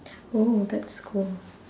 oh that's cool